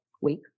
week